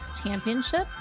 championships